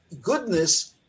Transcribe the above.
goodness